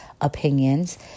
opinions